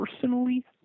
personally